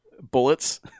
bullets